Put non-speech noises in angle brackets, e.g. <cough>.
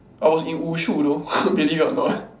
I was in wushu though <laughs> believe or not